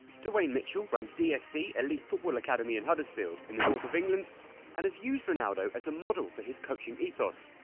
derwayne mitchell runs dsc elite football academy in huddersfield in the north of england and has used ronaldo as a model for his coaching ethos.